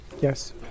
Yes